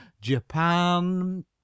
Japan